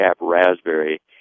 raspberry